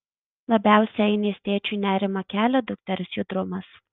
labiausiai ainės tėčiui nerimą kelia dukters judrumas